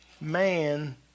Man